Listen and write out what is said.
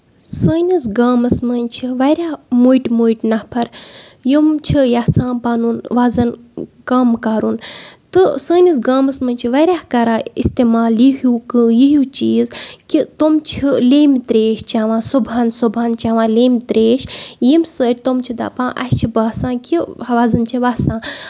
سٲنِس گامَس منٛز چھِ واریاہ مٔٹۍ مٔٹۍ نَفر یِم چھِ یَژھان پَنُن وَزن کَم کَرُن تہٕ سٲنِس گامَس منٛز چھِ واریاہ کران اِستعمال یہِ ہو کٲ یہِ ہیوو چیٖز کہِ تِم چھِ لیوٚمبۍ تریش چٮ۪وان صبُحن صبُحن چٮ۪وان لیوٚمبۍ تریش ییٚمہِ سۭتۍ تِم چھِ دَپان اَسہِ چھُ باسان کہِ وَزن چھُِ وَسان